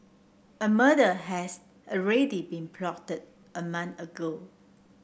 a murder has already been plotted a month ago